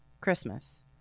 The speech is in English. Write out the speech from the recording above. Christmas